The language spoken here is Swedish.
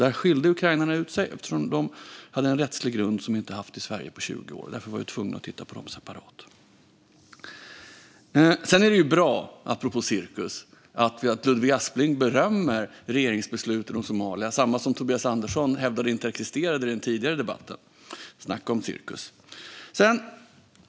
Där skilde ukrainarna ut sig eftersom de hade en rättslig grund som vi inte har haft i Sverige på 20 år, och därför var vi tvungna att titta på dem separat. Sedan är det bra, apropå cirkus, att Ludvig Aspling berömmer regeringsbeslutet om Somalia - samma beslut som Tobias Andersson hävdade inte existerar i den tidigare debatten - snacka om cirkus!